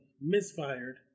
misfired